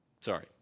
Sorry